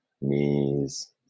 Knees